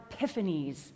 epiphanies